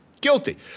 guilty